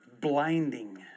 blinding